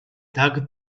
tag